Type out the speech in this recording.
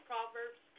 Proverbs